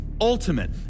ultimate